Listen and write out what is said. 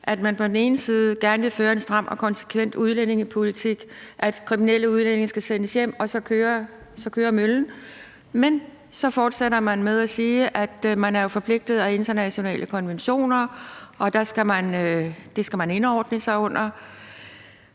at man på den ene side gerne vil føre en stram og konsekvent udlændingepolitik, og at kriminelle udlændinge skal sendes hjem, og så kører møllen. Men så fortsætter man med at sige, at man jo er forpligtet af internationale konventioner og det skal man indordne sig under.